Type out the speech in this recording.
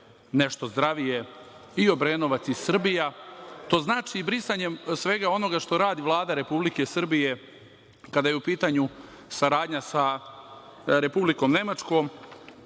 nešto zdravije i Obrenovac i Srbija. To znači brisanje svega onoga što radi Vlada Republike Srbije kada je u pitanju saradnja Republikom Nemačkom. Nije